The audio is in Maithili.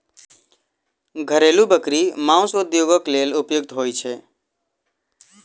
घरेलू बकरी मौस उद्योगक लेल उपयुक्त होइत छै